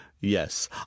Yes